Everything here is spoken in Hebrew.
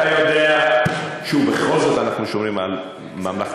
אתה יודע שבכל זאת אנחנו שומרים על ממלכתיות,